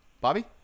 Bobby